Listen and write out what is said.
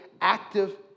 active